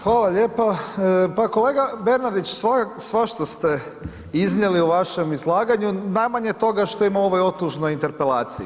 Hvala lijepa, pa kolega Bernardić svašta ste iznijeli u vašem izlaganju najmanje toga što ima u ovoj otužnoj interpelaciji.